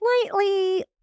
slightly